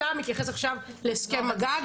אתה מתייחס עכשיו להסכם מג"ב.